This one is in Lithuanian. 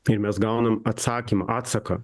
ir mes gaunam atsakymą atsaką